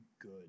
good